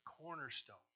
cornerstone